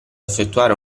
effettuare